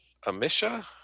amisha